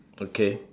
okay